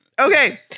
okay